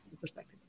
perspective